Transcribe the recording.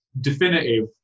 definitive